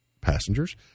passengers